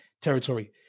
territory